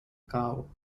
cow